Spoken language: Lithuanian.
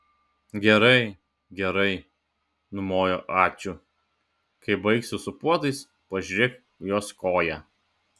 gerai gerai numojo ačiū kai baigsi su puodais pažiūrėk jos koją